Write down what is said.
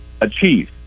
achieve